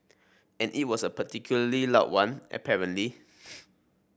and it was a particularly loud one apparently